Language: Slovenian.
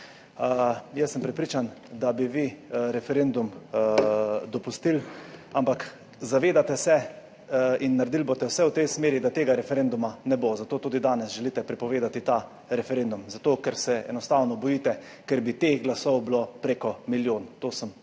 Jaz sem prepričan, da bi vi referendum dopustili, ampak zavedate se in naredili boste vse v tej smeri, da tega referenduma ne bo, zato tudi danes želite prepovedati ta referendum. Zato ker se enostavno bojite, ker bi teh glasov bilo preko milijon. To sem trdno